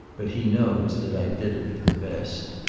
but he knows that i did it for the best.